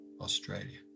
Australia